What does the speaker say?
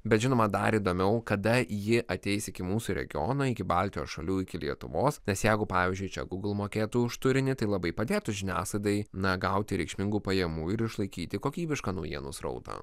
bet žinoma dar įdomiau kada ji ateis iki mūsų regiono iki baltijos šalių iki lietuvos nes jeigu pavyzdžiui čia gūgl mokėtų už turinį tai labai padėtų žiniasklaidai na gauti reikšmingų pajamų ir išlaikyti kokybišką naujienų srautą